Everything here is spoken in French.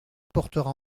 portera